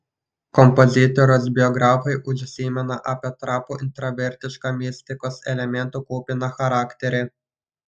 kompozitoriaus biografai užsimena apie trapų intravertišką mistikos elementų kupiną charakterį